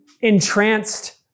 entranced